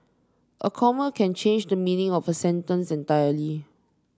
a comma can change the meaning of a sentence entirely